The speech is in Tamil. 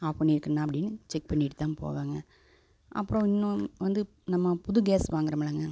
ஆஃப் பண்ணியிருக்கேன அப்படினு செக் பண்ணிவிட்டுதான் போவேங்க அப்புறம் இன்னும் வந்து நம்ம புது கேஸ் வாங்கிறோம்லங்க